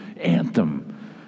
anthem